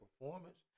performance